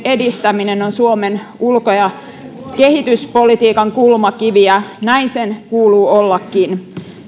edistäminen on suomen ulko ja kehityspolitiikan kulmakiviä näin sen kuuluu ollakin